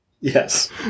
Yes